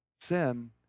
Sin